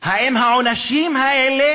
האם העונשים האלה